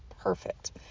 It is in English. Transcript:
perfect